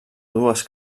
dues